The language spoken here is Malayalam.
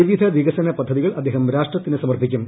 വിവിധ വികസന പദ്ധതികൾ അദ്ദേഹം രാഷ്ട്രത്തിന് സമർപ്പിക്കും